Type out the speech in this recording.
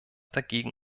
dagegen